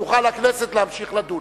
תוכל הכנסת להמשיך לדון.